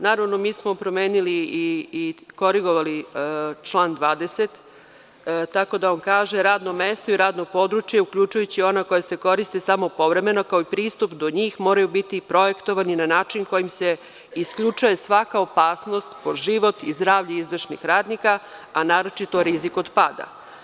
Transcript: Naravno, mi smo promenili i korigovali član 20. tako da on kaže – radno mesto i radno područje, uključujući ona koja se koriste samo povremeno, kao i pristup do njih, moraju biti projektovani na način kojim se isključuje svaka opasnost po život i zdravlje izvršnih radnika a naročito rizik od pada.